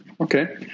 Okay